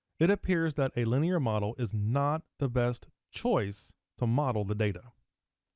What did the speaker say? it appears that a linear model is not the best choice to model the data.